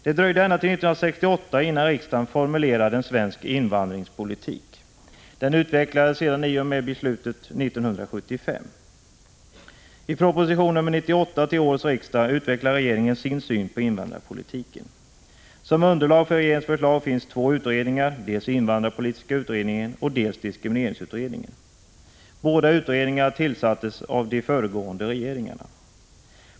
Det dröjde ända till 1968 innan riksdagen formulerade en svensk invandringspolitik. Den utvecklades sedan i och med 1975 års beslut. I proposition nr 98 till årets riksdag utvecklar regeringen sin syn på invandrarpolitiken. Som underlag för regeringens förslag finns två utredningar, dels invandrarpolitiska utredningen, dels diskrimineringsutredningen. Båda utredningarna tillsattes av de föregående regeringarna.